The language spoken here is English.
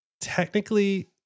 Technically